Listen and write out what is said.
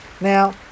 now